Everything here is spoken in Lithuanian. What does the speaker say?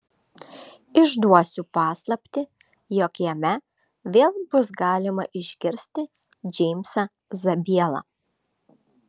išduosiu paslaptį jog jame vėl bus galima išgirsti džeimsą zabielą